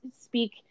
speak